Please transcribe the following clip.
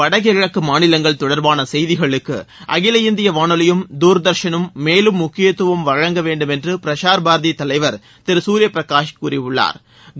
வடகிழக்கு மாநிலங்கள் தொடர்பான செய்திகளுக்கு அகில இந்திய வானொலியும் துர்தர்ஷனும் மேலும் முக்கியத்துவம் வழங்க வேண்டும் என்று பிரசாா் பாரதி தலைவா் திரு சூரிய பிரகாஷ் கூறியுள்ளாா்